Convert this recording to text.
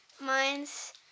Mine's